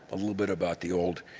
a little bit about the old